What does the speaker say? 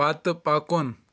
پتہٕ پکُن